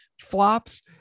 flops